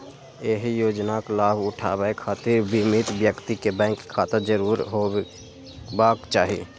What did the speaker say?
एहि योजनाक लाभ उठाबै खातिर बीमित व्यक्ति कें बैंक खाता जरूर होयबाक चाही